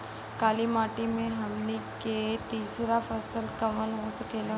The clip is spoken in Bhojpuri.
काली मिट्टी में हमनी के तीसरा फसल कवन हो सकेला?